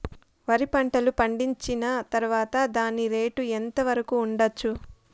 వరి పంటలు పండించిన తర్వాత దాని రేటు ఎంత వరకు ఉండచ్చు